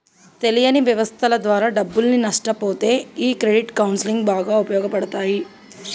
తెలియని వ్యవస్థల ద్వారా డబ్బుల్ని నష్టపొతే ఈ క్రెడిట్ కౌన్సిలింగ్ బాగా ఉపయోగపడతాయి